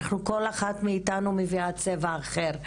אנחנו כל אחת מאיתנו מביאה צבע אחר,